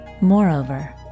Moreover